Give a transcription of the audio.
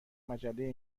مجله